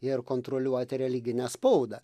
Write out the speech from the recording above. ir kontroliuoti religinę spaudą